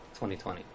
2020